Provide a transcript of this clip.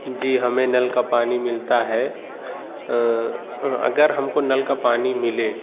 جی ہمیں نل کا پانی ملتا ہے اگر ہم کو نل کا پانی ملے